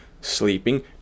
sleeping